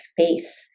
space